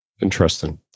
Interesting